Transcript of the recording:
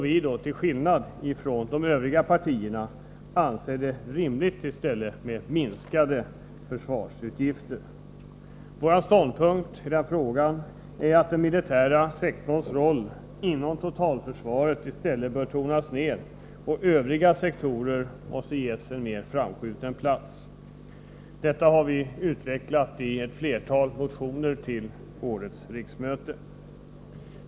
Vi anser, till skillnad från de övriga partierna, att det i stället är rimligt med minskade försvarsutgifter. Vår ståndpunkt i denna fråga är att den militära sektorns roll inom totalförsvaret bör tonas ner och övriga sektorer ges en mer framskjuten plats. Detta har vi utvecklat i ett flertal motioner till det här riksmötet.